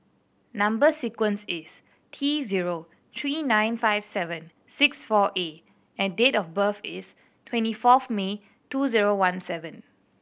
number sequence is T zero three nine five seven six four A and date of birth is twenty fourth May two zero one seven